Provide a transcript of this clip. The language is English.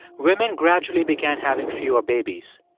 women gradually began having fewer babies.